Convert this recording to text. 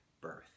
birth